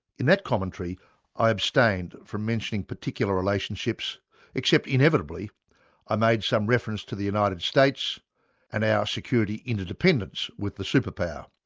in that commentary i abstained from mentioning particular relationships except inevitably i made some reference to the united states and our security interdependence with the superpower,